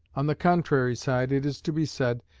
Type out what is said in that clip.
on the contrary side it is to be said,